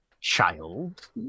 Child